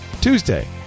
Tuesday